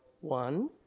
one